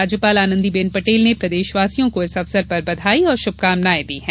राज्यपाल आनंदीबेन पटेल ने प्रदेशवासियों को इस अवसर पर बधाई और शुभकामनाएं दी हैं